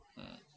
mm